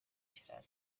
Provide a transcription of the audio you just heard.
cyane